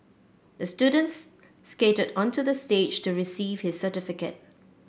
the students skated onto the stage to receive his certificate